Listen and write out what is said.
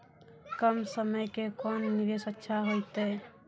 कम समय के कोंन निवेश अच्छा होइतै?